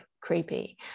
creepy